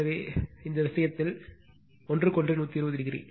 எனவே இந்த விஷயத்தில் இதேபோல் ஒன்றுக்கொன்று 120